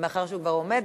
ומאחר שהוא כבר עומד,